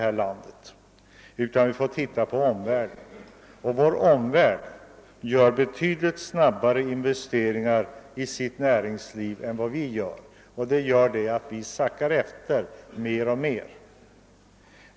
Vi måste ta hänsyn till omvärlden, och vår omvärld investerar mer i sitt näringsliv än vi gör i vårt, vilket leder till att vi sackar efter mer och mer.